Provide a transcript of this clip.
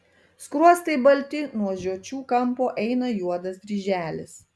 skruostai balti nuo žiočių kampo eina juodas dryželis